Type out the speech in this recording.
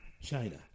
China